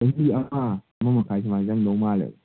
ꯆꯍꯤ ꯑꯃ ꯑꯃ ꯃꯈꯥꯏ ꯁꯨꯃꯥꯏ ꯆꯪꯗꯧ ꯃꯥꯜꯂꯦ